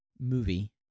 movie